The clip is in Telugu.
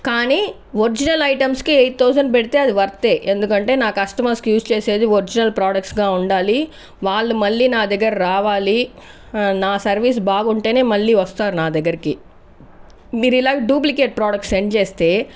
కానీ ఒరిజినల్ ఐటమ్స్ కి ఎయిట్ థౌసండ్ పెడితే అది వర్త్ ఏ ఎందుకంటే నా కస్టమర్స్ కి యూస్ చేసేది ఒరిజినల్ ప్రొడక్ట్స్ గా ఉండాలి వాళ్లు మళ్లీ నా దగ్గర రావాలి నా సర్వీస్ బాగుంటేనే మళ్ళీ వస్తారు నా దగ్గరికి మీరు ఇలాంటి డూప్లికేట్ ప్రొడక్ట్స్ సెండ్ చేస్తే